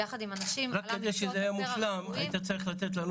ביחד עם אנשים --- רק כדי שזה יהיה מושלם היית צריך לתת לנו